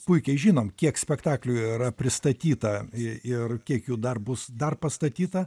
puikiai žinom kiek spektaklių yra pristatyta i ir kiek jų dar bus dar pastatyta